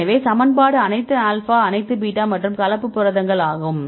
எனவே சமன்பாடு அனைத்து ஆல்பா அனைத்து பீட்டா மற்றும் கலப்பு வகுப்பு புரதங்கள் ஆகும்